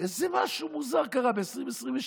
ואיזה משהו מוזר קרה ב-2022,